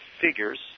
figures